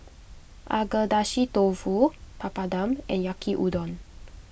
Agedashi Dofu Papadum and Yaki Udon